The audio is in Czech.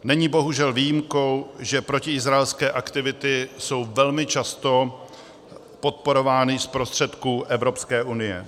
Není bohužel výjimkou, že protiizraelské aktivity jsou velmi často podporovány z prostředků Evropské unie.